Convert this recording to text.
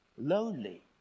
lonely